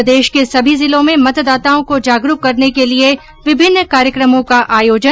प्रदेश के समी जिलों में मतदाताओं को जागरूक करने के लिये विभिन्न कार्यक्रमों का आयोजन